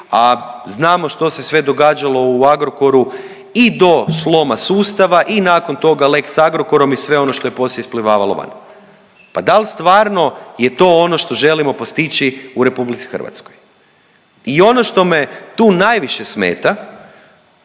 a znamo što se sve događalo u Agrokoru i do sloma sustava i nakon toga lex Agrokorom i sve ono što je poslije isplivavalo van. Pa dal' stvarno je to ono što želimo postići u Republici Hrvatskoj? I ono što me tu najviše smeta